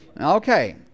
Okay